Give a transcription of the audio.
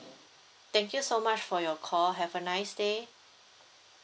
thank you so much for your call have a nice day